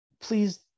please